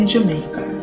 Jamaica